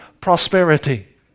Prosperity